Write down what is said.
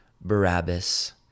Barabbas